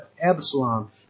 Absalom